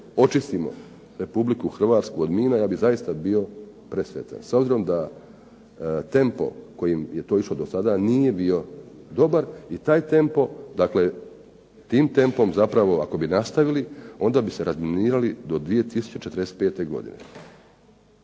očistimo Republiku Hrvatsku od mina, ja bih zaista bio presretan. S obzirom da tempo kojim je do sada išao nije bio dobar i taj tempo, dakle tim tempom kada bi nastavili, onda bi se razminirali do 2045. godine